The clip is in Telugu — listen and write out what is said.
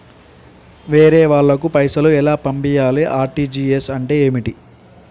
వేరే వాళ్ళకు పైసలు ఎలా పంపియ్యాలి? ఆర్.టి.జి.ఎస్ అంటే ఏంటిది?